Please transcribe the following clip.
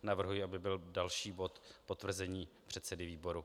Navrhuji, aby byl další bod potvrzení předsedy výboru.